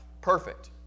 Perfect